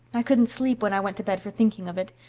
i couldn't sleep when i went to bed for thinking of it.